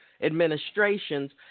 administrations